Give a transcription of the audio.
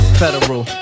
federal